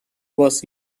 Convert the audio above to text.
was